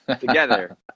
together